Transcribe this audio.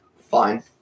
Fine